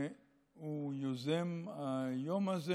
והוא יוזם היום הזה.